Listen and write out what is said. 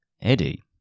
Eddie